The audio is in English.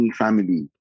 family